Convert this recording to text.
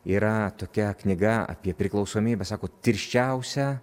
yra tokia knyga apie priklausomybes sako tirščiausia